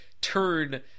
turn